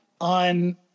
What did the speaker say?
on